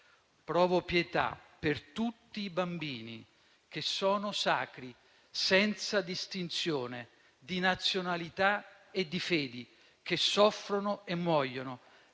«Provo pietà per tutti i bambini, che sono sacri senza distinzione di nazionalità e di fede, che soffrono e muoiono.